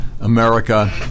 America